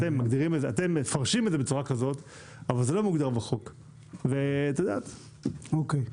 אתם מפרשים את זה בצורה כזאת אבל זה לא מוגדר בחוק.